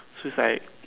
so it's like